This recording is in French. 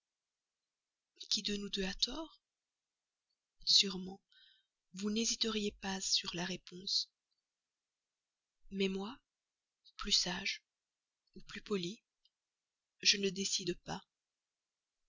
qui de nous deux a tort sûrement vous n'hésiteriez pas sur la réponse mais moi plus sage ou plus poli je ne décide pas